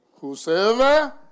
whosoever